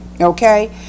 Okay